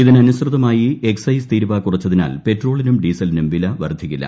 ഇതിനനുസൃതമായി excise തീരുവ കുറച്ചതിനാൽ പെട്രോളിനും ഡീസലിനും വില വർദ്ധിക്കില്ല